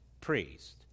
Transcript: priest